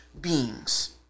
beings